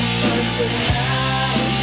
personality